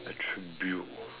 attribute